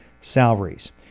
salaries